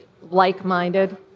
like-minded